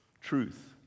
Truth